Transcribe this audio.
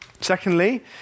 Secondly